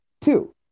Two